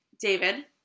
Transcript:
David